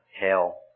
hell